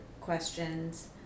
questions